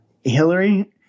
Hillary